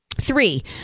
Three